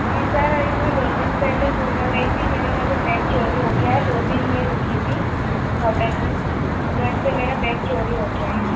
जी sir अभी मैं दो दिन पहले पूना गई थी मेरा वहाँ पर बैग चोरी हो गया है दो दिन में रुकी थी होटल में उधर से मेरा बैग चोरी हो गया है